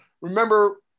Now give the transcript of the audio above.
remember